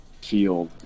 feel